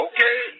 Okay